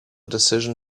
decision